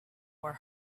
were